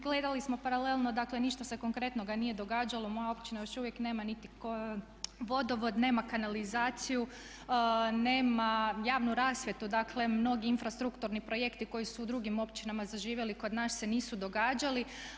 Gledali smo paralelno, dakle ništa se konkretnoga nije događalo, moja općina još uvijek nema niti vodovod, nema kanalizaciju, nema javnu rasvjetu, dakle mnogi infrastrukturnih projekti koji su u drugim općinama zaživjeli kod nas se nisu događali.